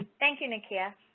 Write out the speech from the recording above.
thank you, nakia